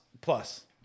Plus